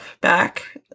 back